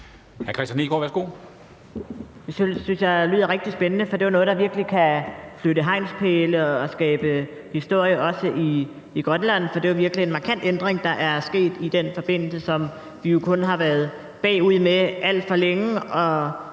jeg lyder rigtig spændende. Det er jo noget, der virkelig kan flytte hegnspæle og skabe historie, også i Grønland, for det er virkelig en markant ændring, der er sket i den forbindelse. Og vi har jo været bagud alt for længe